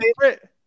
favorite